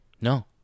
No